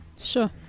Sure